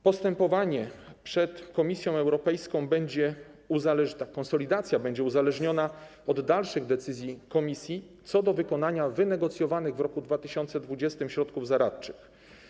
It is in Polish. Postępowanie przed Komisją Europejską będzie... ta konsolidacja będzie uzależniona od dalszych decyzji Komisji co do wykonania wynegocjowanych w 2020 r. środków zaradczych.